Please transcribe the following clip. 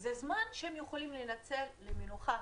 זה זמן שהם יכולים לנצל למנוחה,